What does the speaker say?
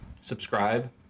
subscribe